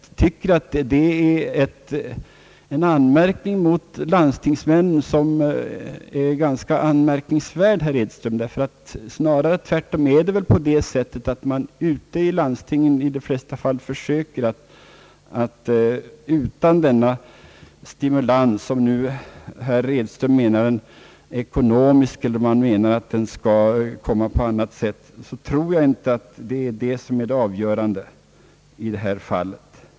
Jag tycker att det är en ganska allvarlig anmärkning mot landstingsmännen, herr Edström, ty snarare är det väl tvärtom på det sättet att man ute i landstingen i de flesta fall försöker verka även utan denna stimulans. Om nu herr Edström menar att stimulansen skall vara ekonomisk eller om han menar att den skall komma på annat sätt, så tror jag ändå inte att den är det avgörande i detta fall.